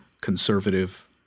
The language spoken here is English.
conservative